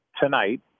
Tonight